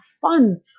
fun